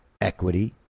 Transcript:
equity